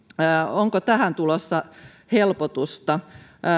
onko tähän tulossa helpotusta